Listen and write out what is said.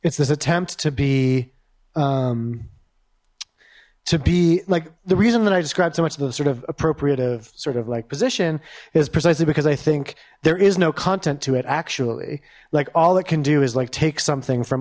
this attempt to be to be like the reason that i described so much of a sort of appropriative sort of like position is precisely because i think there is no content to it actually like all it can do is like take something from